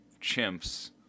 chimps